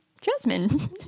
Jasmine